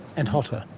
and hotter.